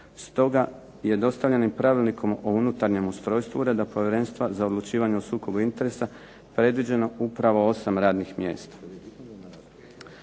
Stoga je dostavljenim pravilnikom o unutarnjem ustrojstvu ureda povjerenstva za odlučivanje o sukobu interesa predviđeno upravo 8 radnih mjesta.